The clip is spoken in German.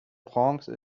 prince